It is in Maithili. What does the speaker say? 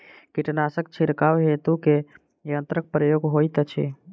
कीटनासक छिड़काव हेतु केँ यंत्रक प्रयोग होइत अछि?